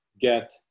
get